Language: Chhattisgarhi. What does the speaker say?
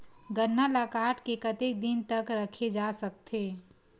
गन्ना ल काट के कतेक दिन तक रखे जा सकथे?